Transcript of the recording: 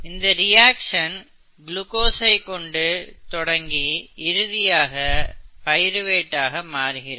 இந்த ரியாக்சன் குளுக்கோசை கொண்டு தொடங்கி இறுதியாக பைருவேட் ஆக மாறுகிறது